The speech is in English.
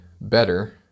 better